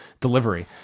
delivery